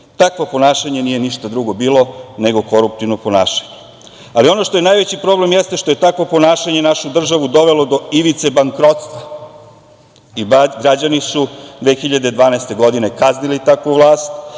ponašanje nije ništa drugo bilo nego koruptivno ponašanje. Ali ono što je najveći problem jeste što je takvo ponašanje našu državu dovelo do ivice bankrotstva i građani su 2012. godine, kaznili takvu vlast